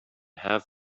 have